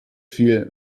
viel